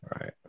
right